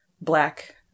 Black